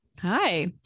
Hi